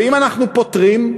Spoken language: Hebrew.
ואם אנחנו פוטרים,